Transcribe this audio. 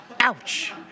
Ouch